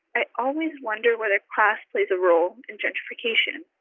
i always wonder whether class plays a role in gentrification.